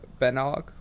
Benog